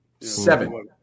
Seven